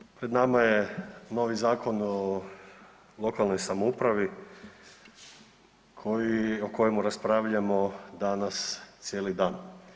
Pa evo pred nama je novi Zakon o lokalnoj samoupravi o kojemu raspravljamo danas cijeli dan.